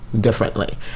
differently